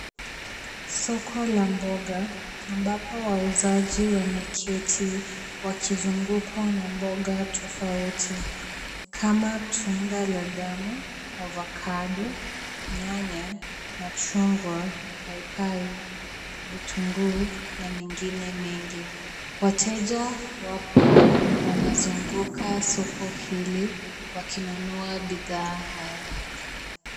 Soko la mboga, ambapo wauzaji wameketi wakizungukwa na mboga tofauti, kama tunda la damu, ovokado, nyanya, machungwa, paipai, vitunguu, na mengine mengi. Wateja wapo wanazunguka soko hili wakinunua bidhaa haya.